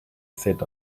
sit